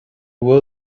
bhfuil